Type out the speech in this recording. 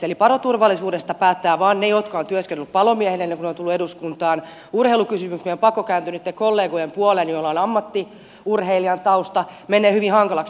eli paloturvallisuudesta päättävät vain ne jotka ovat työskennelleet palomiehinä ennen kuin ovat tulleet eduskuntaan urheilukysymyksissä meidän on pakko kääntyä niitten kollegojen puoleen joilla on ammattiurheilijan tausta menee hyvin hankalaksi